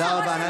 תודה רבה.